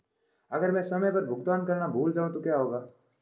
अगर मैं समय पर भुगतान करना भूल जाऊं तो क्या होगा?